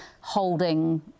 holding